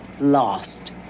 lost